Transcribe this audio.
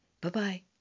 Bye-bye